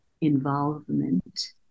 involvement